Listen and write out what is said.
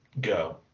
go